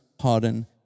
harden